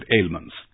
ailments